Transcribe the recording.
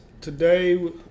Today